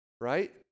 right